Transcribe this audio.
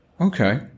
Okay